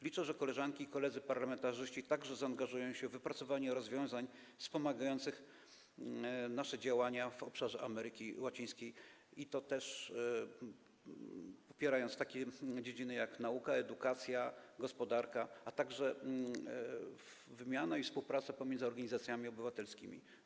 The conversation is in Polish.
Liczę, że koleżanki i koledzy parlamentarzyści także zaangażują się w wypracowanie rozwiązań wspomagających nasze działania w obszarze Ameryki Łacińskiej, i to też popierając takie dziedziny jak nauka, edukacja, gospodarka, a także wymiana i współpraca pomiędzy organizacjami obywatelskimi.